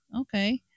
okay